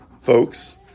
folks